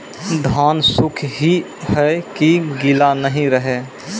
धान सुख ही है की गीला नहीं रहे?